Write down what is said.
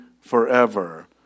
forever